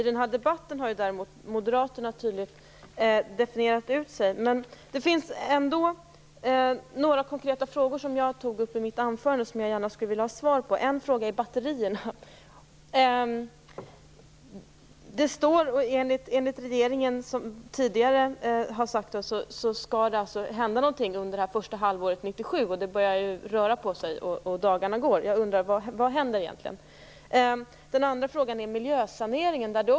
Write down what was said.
I den här debatten har däremot moderaterna tydligt profilerat sig. Men det finns några konkreta frågor som jag tog upp i mitt anförande som jag gärna skulle vilja ha svar på. En fråga gällde batterierna. Enligt vad regeringen tidigare har sagt skall det hända någonting under det första halvåret 1997. Dagarna går. Jag undrar vad som egentligen händer. En annan fråga gäller miljösaneringen.